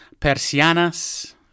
persianas